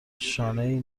شانهای